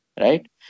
right